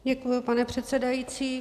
Děkuji, pane předsedající.